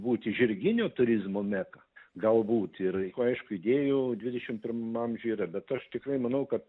būti žirginio turizmo meka galbūt ir aišku idėjų dvidešim pirmam amžiuj yra bet aš tikrai manau kad